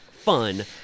Fun